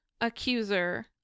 accuser